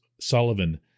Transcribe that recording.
Sullivan